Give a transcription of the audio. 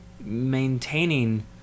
maintaining